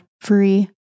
free